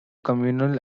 communal